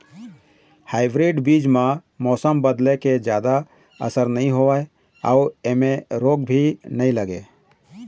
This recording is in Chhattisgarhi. हाइब्रीड बीज म मौसम बदले के जादा असर नई होवे अऊ ऐमें रोग भी नई लगे